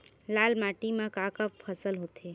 लाल माटी म का का फसल होथे?